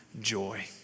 joy